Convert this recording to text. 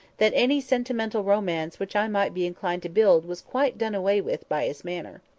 that any sentimental romance which i might be inclined to build was quite done away with by his manner.